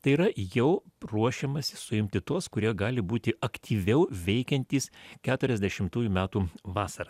tai yra jau ruošiamasi suimti tuos kurie gali būti aktyviau veikiantys keturiasdešimtųjų metų vasarą